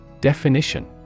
Definition